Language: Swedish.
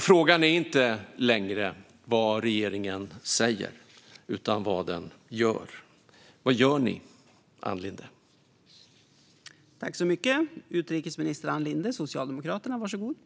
Frågan är inte längre vad regeringen säger, utan vad den gör. Vad gör ni, Ann Linde?